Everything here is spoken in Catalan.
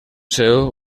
seu